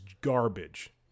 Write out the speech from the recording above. garbage